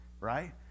right